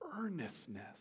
earnestness